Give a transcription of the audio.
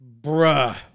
Bruh